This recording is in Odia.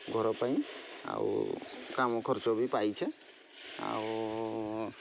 ଘର ପାଇଁ ଆଉ କାମ ଖର୍ଚ୍ଚ ବି ପାଇଛେ ଆଉ